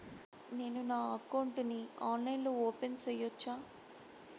నేను నా అకౌంట్ ని ఆన్లైన్ లో ఓపెన్ సేయొచ్చా?